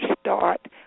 start